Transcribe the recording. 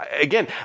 Again